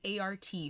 ART